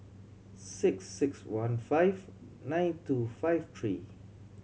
six six one five nine two five three